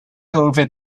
over